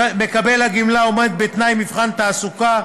מקבל הגמלה עומד בתנאי מבחן תעסוקה,